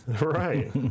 Right